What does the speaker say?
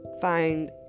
find